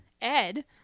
ed